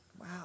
Wow